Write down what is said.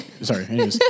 Sorry